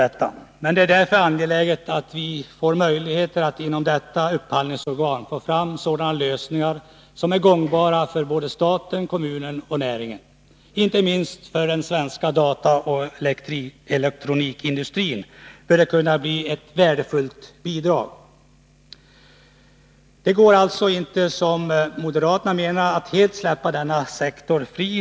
Det är därför angeläget att vi får möjligheter att inom detta upphandlingsorgan få fram lösningar som är gångbara för både staten, kommunerna och näringslivet. Inte minst för svensk dataoch elektronikindustri bör det kunna bli ett värdefullt bidrag. Det går inte, som moderaterna menar, att helt släppa denna sektor fri.